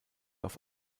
auf